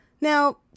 Now